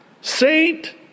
Saint